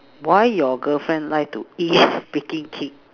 why your girlfriend like to eat baking cake